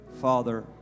Father